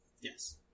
Yes